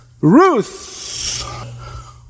Ruth